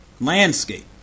landscape